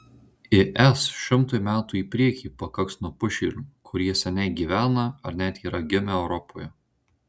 is šimtui metų į priekį pakaks nupušėlių kurie seniai gyvena ar net yra gimę europoje